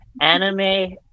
anime